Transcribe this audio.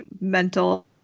mental